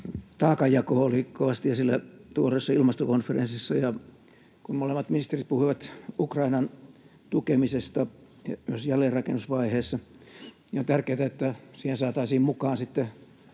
Taakanjako oli kovasti esillä tuoreessa ilmastokonferenssissa, ja kun molemmat ministerit puhuivat Ukrainan tukemisesta myös jälleenrakennusvaiheessa, niin on tärkeätä, että siihen saataisiin mukaan